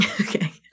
Okay